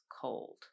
cold